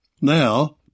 Now